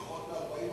ונכותם פחות מ-40%,